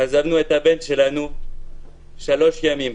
השארנו את הבן שלנו שלושה ימים.